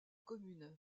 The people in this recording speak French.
commune